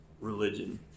religion